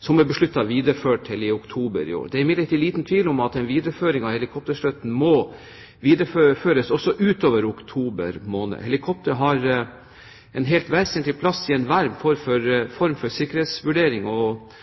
som er besluttet videreført til oktober i år. Det er imidlertid liten tvil om at en videreføring av helikopterstøtten må videreføres også utover oktober måned. Helikopteret har en helt vesentlig plass i enhver form for sikkerhetsvurdering, og